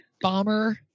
Bomber